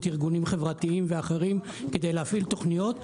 ארגונים חברתיים ואחרים כדי להפעיל תוכניות.